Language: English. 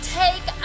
take